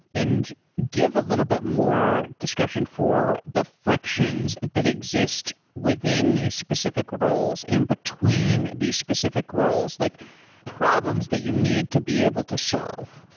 and give a little bit more description for the frictions that exist within these specific roles and between the specific roles, like problems that you need to be able to solve.